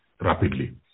rapidly